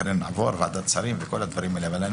אחרי שיעבור ועדת שרים וכול הדברים האלה אבל אני